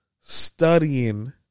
Studying